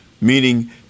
meaning